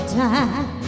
time